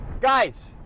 guys